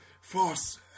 force